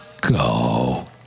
Go